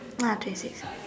ah twenty six